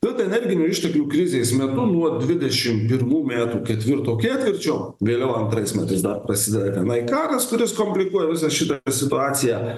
tad energinių išteklių krizės metu nuo dvidešimt pirmų metų ketvirto ketvirčio vėliau antrais metais dar prasideda tenai karas kuris komplikuoja visą šitą situaciją